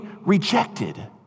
rejected